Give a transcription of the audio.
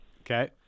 Okay